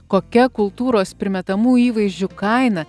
kokia kultūros primetamų įvaizdžių kaina